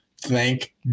thank